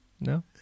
No